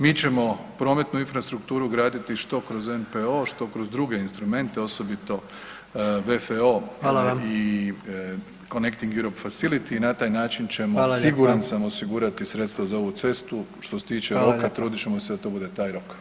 Mi ćemo prometnu infrastrukturu graditi što kroz NPO, što kroz druge instrumente, osobito VFO [[Upadica predsjednik: Hvala vam.]] i Conecting Europe facility i na taj način ćemo [[Upadica predsjednik: Hvala lijepa.]] siguran sam osigurati sredstva za ovu cestu, što se tiče roka, [[Upadica predsjednik: Hvala lijepa.]] trudit ćemo se da to bude taj rok.